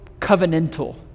covenantal